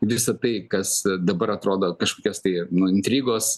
visa tai kas dabar atrodo kažkokias tai nu intrigos